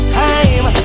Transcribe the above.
time